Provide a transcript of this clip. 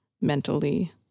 mentally